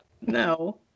No